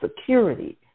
security